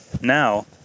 Now